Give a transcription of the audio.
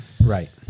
Right